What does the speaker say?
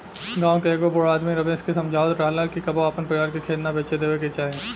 गांव के एगो बूढ़ आदमी रमेश के समझावत रहलन कि कबो आपन परिवार के खेत ना बेचे देबे के चाही